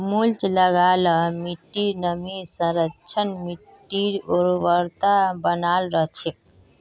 mulch लगा ल मिट्टीर नमीर संरक्षण, मिट्टीर उर्वरता बनाल रह छेक